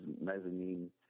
mezzanine